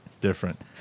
Different